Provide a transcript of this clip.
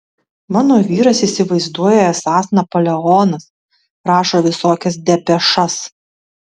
mano vyras įsivaizduoja esąs napoleonas rašo visokias depešas